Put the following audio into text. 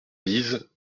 bise